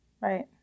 right